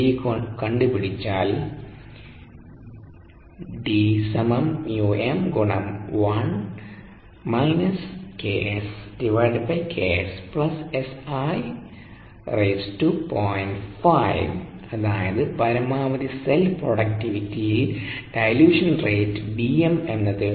D കണ്ടുപിടിച്ചാൽ അതായത് പരമാവധി സെൽ പ്രൊഡക്റ്റിവിറ്റിയിൽ ഡൈല്യൂഷൻ റേറ്റ് Dm എന്നത്